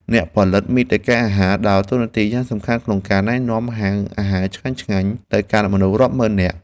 អ្នកផលិតមាតិកាអាហារ ដើរតួនាទីយ៉ាងសំខាន់ក្នុងការណែនាំហាងអាហារឆ្ងាញ់ៗទៅកាន់មនុស្សរាប់ម៉ឺននាក់។